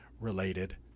related